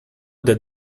that